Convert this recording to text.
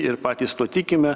ir patys tuo tikime